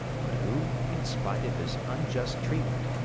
but who, in spite of his unjust treatment,